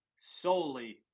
solely